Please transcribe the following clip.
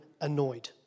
annoyed